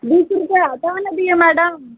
बीस रुपये आता है ना भी है मैडम